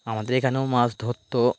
আমাদের এখানেও মাছ ধরত